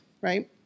right